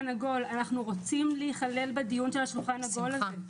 שאנחנו רוצים להיכלל בדיון של השולחן העגול שדיברת עליו,